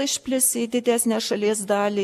išplis į didesnę šalies dalį